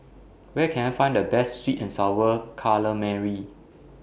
Where Can I Find The Best Sweet and Sour Calamari